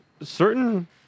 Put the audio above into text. certain